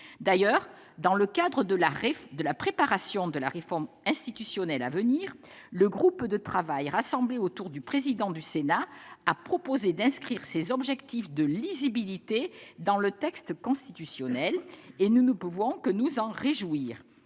D'ailleurs, dans le cadre de la préparation de la réforme institutionnelle à venir, le groupe de travail rassemblé autour du président du Sénat a proposé d'inscrire cet objectif de lisibilité dans le texte constitutionnel et nous ne pouvons que nous en réjouir.